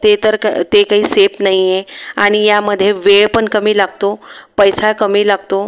ते तर कं ते काही सेफ नाही आहे आणि यामधे वेळपण कमी लागतो पैसा कमी लागतो